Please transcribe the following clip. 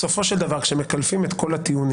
בסופו של דבר כאשר מקלפים את כל הטיעונים,